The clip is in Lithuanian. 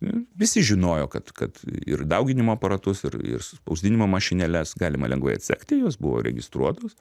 visi žinojo kad kad ir dauginimo aparatus ir ir spausdinimo mašinėles galima lengvai atsekti jos buvo registruotos